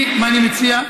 מה אתה מציע?